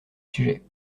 sujet